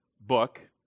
book